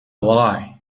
lie